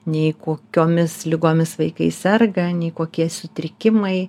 nei kokiomis ligomis vaikai serga nei kokie sutrikimai